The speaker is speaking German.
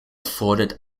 fordert